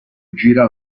gira